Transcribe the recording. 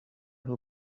who